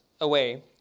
away